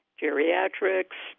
geriatrics